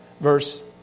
verse